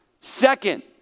Second